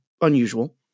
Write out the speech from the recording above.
unusual